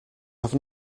have